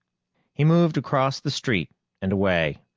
he moved across the street and away,